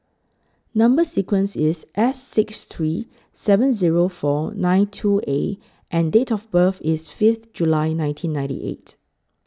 Number sequence IS S six three seven Zero four nine two A and Date of birth IS Fifth July nineteen ninety eight